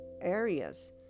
areas